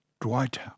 Dwight